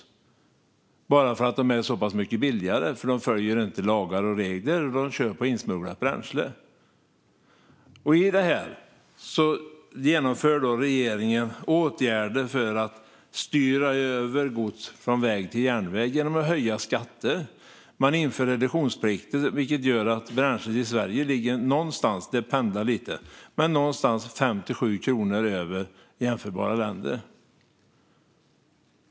Det görs bara för att de är så pass mycket billigare; de följer inte lagar och regler, och de kör på insmugglat bränsle. I detta vidtar regeringen åtgärder för att styra över gods från väg till järnväg genom att höja skatter. Man inför även en reduktionsplikt som gör att bränslet i Sverige ligger på 5-7 kronor - det pendlar lite - över priset i jämförbara länder.